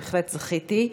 בהחלט זכיתי.